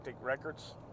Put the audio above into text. Records